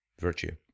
virtue